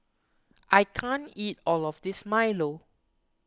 I can't eat all of this Milo